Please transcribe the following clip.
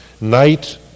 night